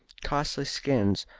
costly skins,